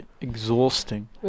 exhausting